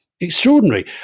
extraordinary